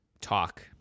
Talk